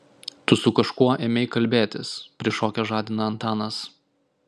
tu su kažkuo ėmei kalbėtis prišokęs žadina antanas